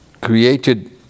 created